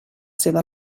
seva